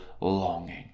longing